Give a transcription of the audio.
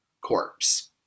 corpse